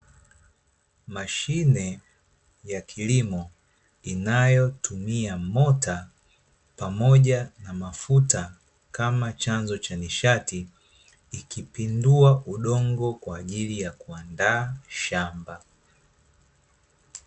Mashine ya kilimo, inayotumia mota pamoja na mafuta, kama chanzo cha nishati, ikipindua udongo kwa ajili ya kuandaa shamba.